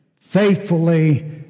faithfully